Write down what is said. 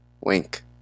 Wink